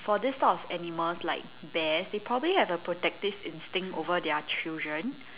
for this type of animals like bears they probably have a protective instinct over their children